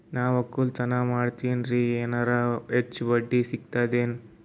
ನಾ ಒಕ್ಕಲತನ ಮಾಡತೆನ್ರಿ ಎನೆರ ಹೆಚ್ಚ ಬಡ್ಡಿ ಸಿಗತದೇನು?